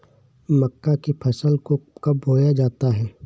मक्का की फसल को कब बोया जाता है?